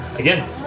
Again